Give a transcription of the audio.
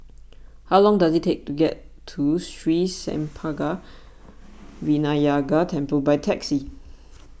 how long does it take to get to Sri Senpaga Vinayagar Temple by taxi